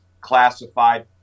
classified